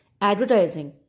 Advertising